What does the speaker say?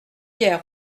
hier